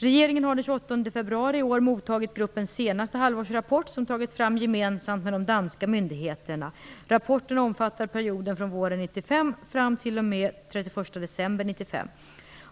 Regeringen har den 28 februari i år mottagit gruppens senaste halvårsrapport, som tagits fram gemensamt med de danska myndigheterna. Rapporten omfattar perioden från våren 1995 fram t.o.m. den 31 december 1995.